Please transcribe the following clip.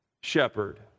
shepherd